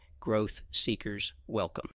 GrowthSeekersWelcome